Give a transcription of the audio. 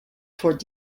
toward